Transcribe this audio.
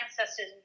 ancestors